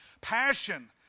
Passion